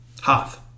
Hoth